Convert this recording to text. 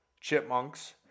chipmunks